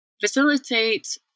facilitate